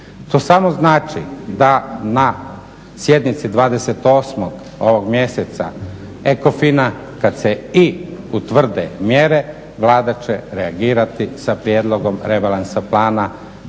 To samo znači da na sjednici 28.ovog mjeseca ECOFIN-a kad se i utvrde mjere Vlada će reagirati sa prijedlogom rebalansa plana